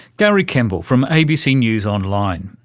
gary kemble from abc news online,